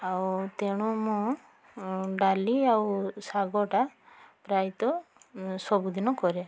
ଆଉ ତେଣୁ ମୁଁ ଡାଲି ଆଉ ଶାଗଟା ପ୍ରାୟତଃ ସବୁଦିନ କରେ